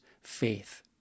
faith